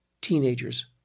teenagers